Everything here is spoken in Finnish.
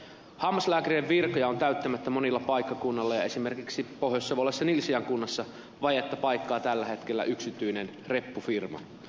hammaslääkärinvirkoja on täyttämättä monilla paikkakunnilla ja esimerkiksi pohjoissavolaisessa nilsiän kunnassa vajetta paikkaa tällä hetkellä yksityinen reppufirma